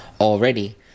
already